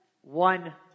one